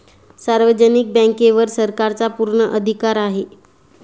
सार्वजनिक बँकेवर सरकारचा पूर्ण अधिकार आहे